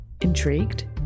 Intrigued